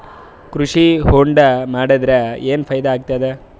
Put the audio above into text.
ಕೃಷಿ ಹೊಂಡಾ ಮಾಡದರ ಏನ್ ಫಾಯಿದಾ ಆಗತದ?